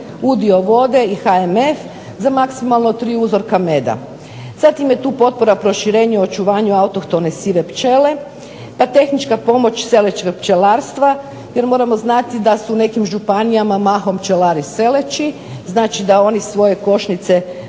udio vode i HMF za maksimalno tri uzorka meda. Zatim je tu potpora proširenju očuvanju autohtone sive pčele, pa tehnička pomoć .../Govornica se ne razumije./... pčelarstva jer moramo znati da su u nekim županijama mahom pčelari seleči. Znači da oni svoje košnice voze na